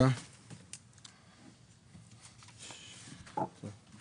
2398). בבקשה.